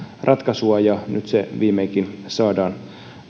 ratkaisua ja nyt se viimeinkin saadaan